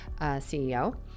CEO